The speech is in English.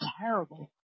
terrible